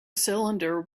cylinder